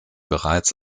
bereits